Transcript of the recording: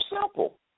simple